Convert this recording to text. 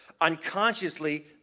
unconsciously